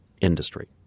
Industry